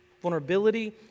vulnerability